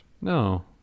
no